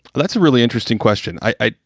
that's a really interesting question. i,